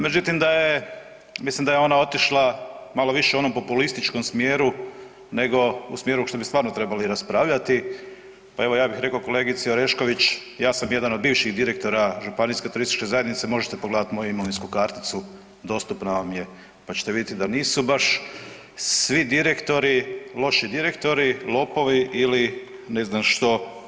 Međutim da je, mislim da je ona otišla malo više u onom populističkom smjeru nego u smjeru što bi stvarno trebali raspravljati, pa evo ja bih reko kolegici Orešković, ja sam jedan od bivših direktora županijske turističke zajednice, možete pogledat moju imovinsku karticu, dostupna vam je, pa ćete vidjeti da nisu baš svi direktori loši direktori, lopovi ili ne znam što.